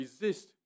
resist